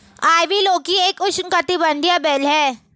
ivy लौकी एक उष्णकटिबंधीय बेल है